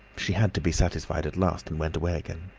she had to be satisfied at last and went away again.